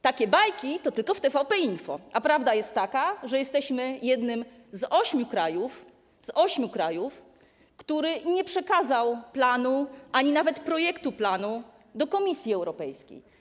Takie bajki to tylko w TVP Info, a prawda jest taka, że jesteśmy jednym z ośmiu krajów, który nie przekazał planu ani nawet projektu planu do Komisji Europejskiej.